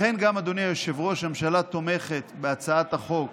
לכן גם, אדוני היושב-ראש, הממשלה תומכת בהצעת החוק